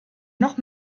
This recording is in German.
noch